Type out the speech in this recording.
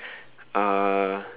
uh